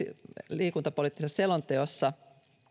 liikuntapoliittisessa selonteossa